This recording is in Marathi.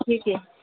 ठीक आहे